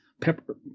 Pepper